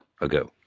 ago